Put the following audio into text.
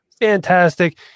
fantastic